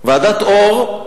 ועדת-אור,